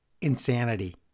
insanity